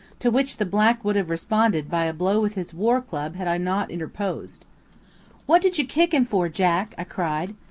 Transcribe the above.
to which the black would have responded by a blow with his war-club had i not interposed. what did you kick him for, jack? i cried.